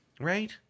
right